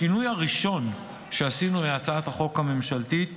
השינוי הראשון שעשינו בהצעת החוק הממשלתית